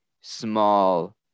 small